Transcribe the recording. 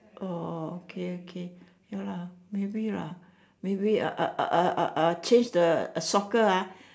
oh okay okay ya lah maybe lah maybe uh uh uh uh uh change the soccer ah